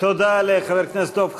תודה לחבר הכנסת דב חנין.